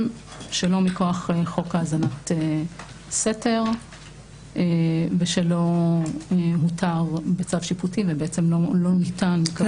שלא מכוח חוק האזנת סתר ושלא מותר בצו שיפוטי ובעצם לא ניתן לקבל אותו.